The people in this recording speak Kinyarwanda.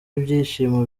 ibyishimo